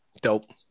Dope